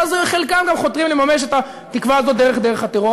ואז חלקם גם חותרים לממש את התקווה הזאת דרך הטרור.